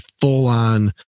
full-on